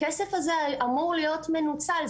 הכסף הזה אמור להיות מנוצל.